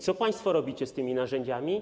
Co państwo robicie z tymi narzędziami?